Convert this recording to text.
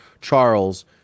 Charles